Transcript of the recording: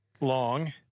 long